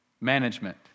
management